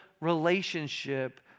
relationship